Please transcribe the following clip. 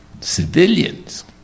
civilians